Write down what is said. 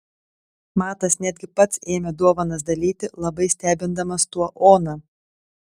matas netgi pats ėmė dovanas dalyti labai stebindamas tuo oną